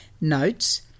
notes